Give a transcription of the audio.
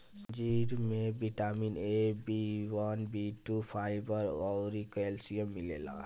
अंजीर में vitamin A, B one, B two, fibre अउरी कैल्शियम मिलेला